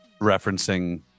referencing